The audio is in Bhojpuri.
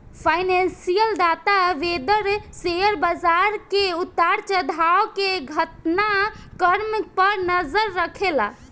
फाइनेंशियल डाटा वेंडर शेयर बाजार के उतार चढ़ाव के घटना क्रम पर नजर रखेला